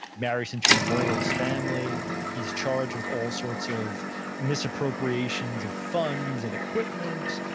marries into a loyalist family. he's charged with all sorts of misappropriations of funds and equipment,